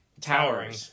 towering